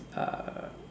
uh